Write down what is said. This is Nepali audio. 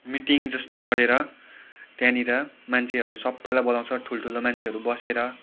मिटिङ जस्तो गरेर त्यहाँनिर मान्छेहरू सबैलाई बोलाउँछ ठुल्ठुलो मान्छेहरू बसेर